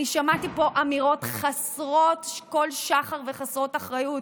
שמעתי פה אמירות חסרות כל שחר וחסרות אחריות